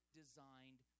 designed